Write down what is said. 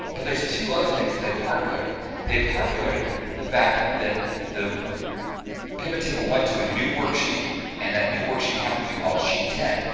but there's two other things that they've hard-coded they've hard-coded the fact that the pivot table went to a new worksheet and that new worksheet happens to be called sheet ten.